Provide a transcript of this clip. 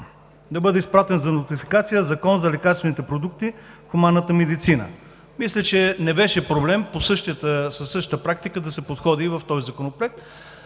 да бъде изпратен за нотификация Закон за лекарствените продукти в хуманната медицина. Мисля, че не беше проблем със същата практика да се подходи и при този Законопроект,